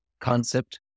concept